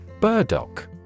Burdock